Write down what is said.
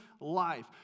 life